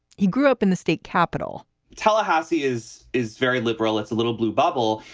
he grew up in the state capital tallahassee is is very liberal. it's a little blue bubble.